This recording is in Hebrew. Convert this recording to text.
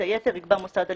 את היתר יקבע מוסד הלימודים.